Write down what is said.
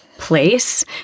place